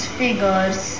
figures